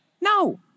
No